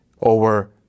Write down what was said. over